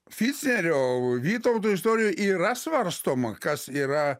ficnerio vytauto istorijoj yra svarstoma kas yra